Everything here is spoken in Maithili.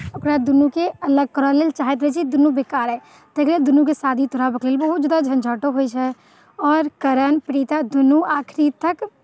ओकरा दुनूकेँ अलग करय लेल चाहैत रहै छै दुनू बेकार अइ ताहि लेल दुनूके शादी तोड़ाबय के लेल बहुत ज्यादा झञ्झटो होइत छै आओर करण प्रीता दूनू आखिरी तक